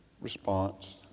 response